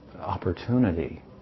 opportunity